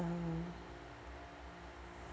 um